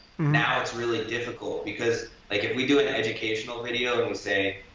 now it's really difficult because like if we do an educational video and say,